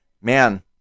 Man